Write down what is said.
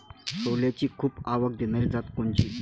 सोल्याची खूप आवक देनारी जात कोनची?